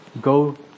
go